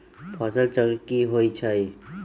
फसल चक्र की होइ छई?